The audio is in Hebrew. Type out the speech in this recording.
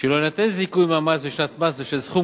שלא יינתן זיכוי מהמס בשנת מס בשל סכום